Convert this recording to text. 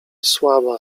słaba